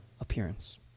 appearance